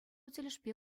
тӗлӗшпе